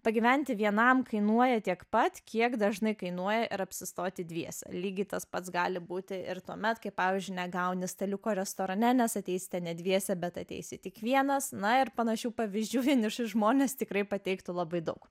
pagyventi vienam kainuoja tiek pat kiek dažnai kainuoja ir apsistoti dviese lygiai tas pats gali būti ir tuomet kai pavyzdžiui negauni staliuko restorane nes ateisite ne dviese bet ateisi tik vienas na ir panašių pavyzdžių vieniši žmones tikrai pateiktų labai daug